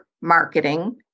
marketing